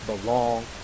belong